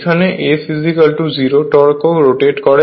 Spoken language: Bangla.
এখানে S 0 টর্কও রোটেট করে